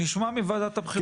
נשמע מוועדת הבחירות.